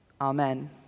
Amen